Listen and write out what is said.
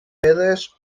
pedres